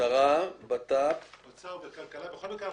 משרד האוצר ומשרד הכלכלה.